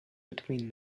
between